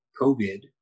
COVID